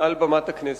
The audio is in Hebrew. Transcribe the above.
מעל במת הכנסת,